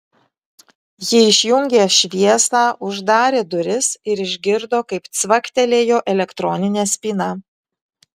ji išjungė šviesą uždarė duris ir išgirdo kaip cvaktelėjo elektroninė spyna